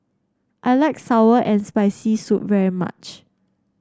I like sour and Spicy Soup very much